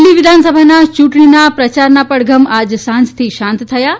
દિલ્હી વિધાનસભાના ચૂંટણીના પ્રચારના પડધમ આજ સાંજથી શાંત થયા છે